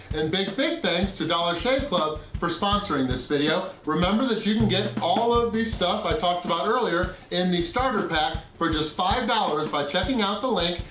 and big, big thanks to dollar shave club for sponsoring this video. remember that you can get all of this stuff that i talked about earlier in the starter pack for just five dollars by checking out the link,